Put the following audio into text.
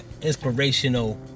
inspirational